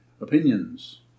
opinions